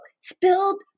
spilled